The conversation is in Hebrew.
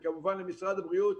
וכמובן למשרד הבריאות,